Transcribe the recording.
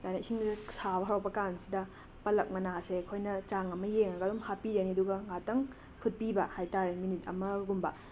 ꯑꯗ ꯏꯁꯤꯡꯖꯦ ꯁꯥꯕ ꯍꯧꯔꯛꯄꯀꯥꯟꯁꯤꯗ ꯄꯜꯂꯛ ꯃꯅꯥ ꯑꯁꯦ ꯑꯩꯈꯣꯏꯅ ꯆꯥꯡ ꯑꯃ ꯌꯦꯡꯉꯒ ꯑꯗꯨꯝ ꯍꯥꯞꯄꯤꯔꯅꯤ ꯑꯗꯨꯒ ꯉꯥꯛꯇꯪ ꯐꯨꯠꯄꯤꯕ ꯍꯥꯏꯇꯥꯔꯦ ꯃꯤꯅꯤꯠ ꯑꯃꯒꯨꯝꯕ